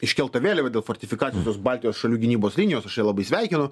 iškelta vėliava dėl fortifikacijos tos baltijos šalių gynybos linijos aš ją labai sveikinu